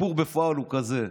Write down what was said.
הסיפור בפועל הוא כזה: